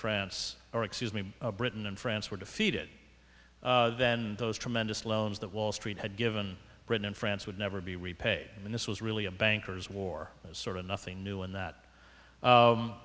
france or excuse me britain and france were defeated then those tremendous loans that wall street had given britain and france would never be repaid and this was really a banker's war sort of nothing new in that